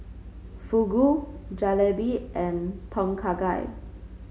Fugu Jalebi and Tom Kha Gai